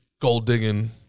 gold-digging